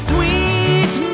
Sweet